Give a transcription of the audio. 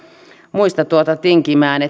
muista tinkimään